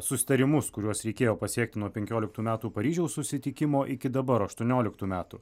susitarimus kuriuos reikėjo pasiekti nuo penkioliktų metų paryžiaus susitikimo iki dabar aštuonioliktų metų